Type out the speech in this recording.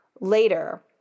later